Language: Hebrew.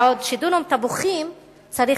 בעוד שדונם תפוחים צריך,